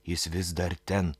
jis vis dar ten